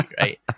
right